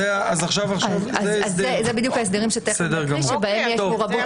אז זה בדיוק ההסדרים שתכף נקריא שבהם יש מעורבות